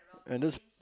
and that's